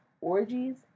Orgies